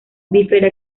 bífera